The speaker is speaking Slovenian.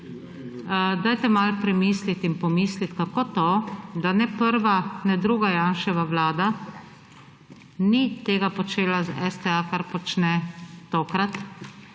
dajte malo premisliti in pomisliti kako to, da ne prva, ne druga Janševa Vlada ni tega počela s STA kar počne tokrat